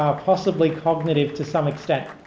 ah possibly cognitive to some extent.